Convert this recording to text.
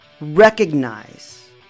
recognize